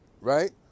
right